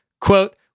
Quote